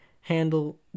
handle